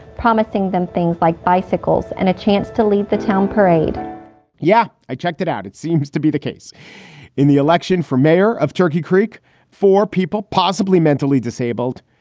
promising them things like bicycle's and a chance to leave the town parade yeah, i checked it out. it seems to be the case in the election for mayor of turkey creek for people possibly mentally disabled.